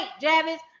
Javis